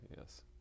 Yes